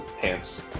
pants